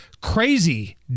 Crazy